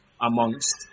Amongst